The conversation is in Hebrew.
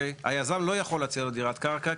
היזם לא יכול להציע לו דירת קרקע,